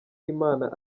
imana